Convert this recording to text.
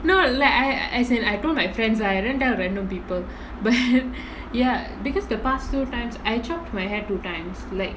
no like as in I told my friends lah I didn't tell random people but ya because the past two times I chopped my hair two times like